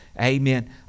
Amen